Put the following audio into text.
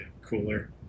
cooler